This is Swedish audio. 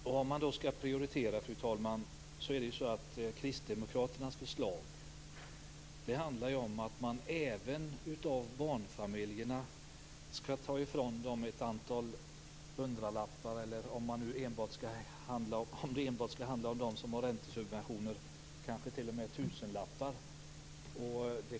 Fru talman! När det gäller att prioritera vill jag säga att kristdemokraternas förslag ju innebär att man skall ta ifrån även barnfamiljerna ett antal hundralappar. Om det enbart skall handla om dem som har räntesubventioner kan det rent av röra sig om tusenlappar.